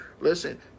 listen